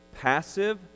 passive